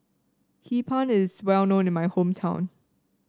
Hee Pan is well known in my hometown